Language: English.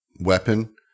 weapon